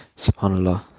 SubhanAllah